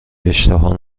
اشتها